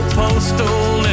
postal